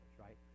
right